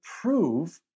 prove